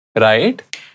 Right